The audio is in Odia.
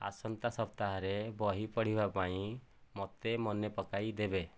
ଆସନ୍ତା ସପ୍ତାହରେ ବହି ପଢ଼ିବା ପାଇଁ ମୋତେ ମନେ ପକାଇଦେବେ